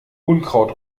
unkraut